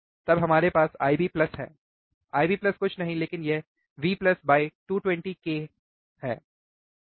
तब हमारे पास IB है IB कुछ नहीं है लेकिन यह V 220k IB V है सही